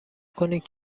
کنید